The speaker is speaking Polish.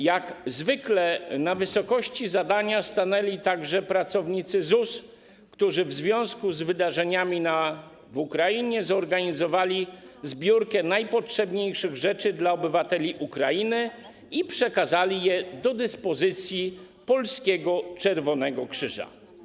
Jak zwykle na wysokości zadania stanęli także pracownicy ZUS, którzy w związku z wydarzeniami w Ukrainie zorganizowali zbiórkę najpotrzebniejszych rzeczy dla obywateli Ukrainy i przekazali je do dyspozycji polskiego Czerwonego Krzyża.